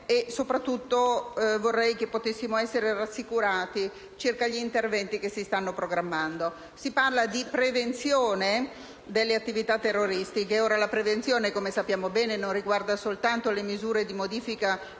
Soprattutto, vorrei che potessimo essere rassicurati circa gli interventi che si stanno programmando. Si parla di prevenzione delle attività terroristiche. Ora, la prevenzione, come sappiamo bene, non riguarda soltanto le misure di modifica delle